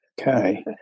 Okay